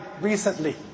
recently